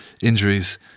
Injuries